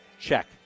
check